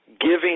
giving